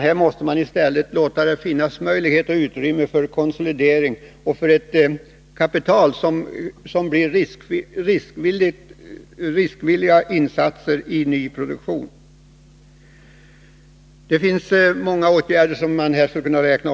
Här måste man i stället ge möjligheter till konsolidering och tillåta att riskvilligt kapital satsas på nyproduktion. Man skulle kunna räkna upp många åtgärder.